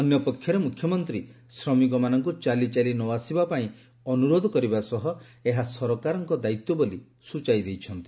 ଅନ୍ୟ ପକ୍ଷରେ ମୁଖ୍ୟମନ୍ତ୍ରୀ ଶ୍ରମିକମାନଙ୍କୁ ଚାଲି ଚାଲି ନ ଆସିବା ପାଇଁ ଅନୁରୋଧ କରିବା ସହ ଏହା ସରକାରଙ୍କ ଦାୟିତ୍ୱ ବୋଲି ସ୍କଚାଇ ଦେଇଛନ୍ତି